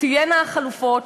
שתהיינה החלופות,